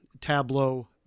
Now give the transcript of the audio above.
tableau